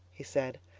he said.